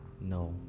no